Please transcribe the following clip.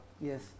Yes